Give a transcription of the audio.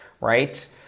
right